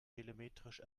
telemetrisch